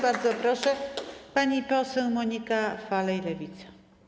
Bardzo proszę, pani poseł Monika Falej, Lewica.